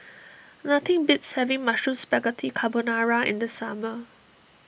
nothing beats having Mushroom Spaghetti Carbonara in the summer